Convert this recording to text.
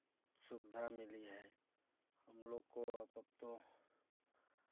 सुविधा मिली है हम लोग को अब तो